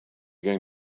going